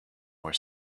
were